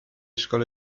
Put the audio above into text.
szkole